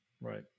Right